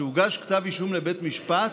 שהוגש כתב אישום לבית משפט